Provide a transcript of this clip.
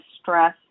stress